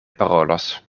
parolos